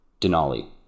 Denali